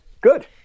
good